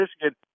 Michigan